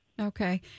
Okay